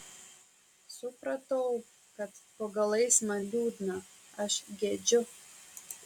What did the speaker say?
supratau kad po galais man liūdna aš gedžiu